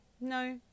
No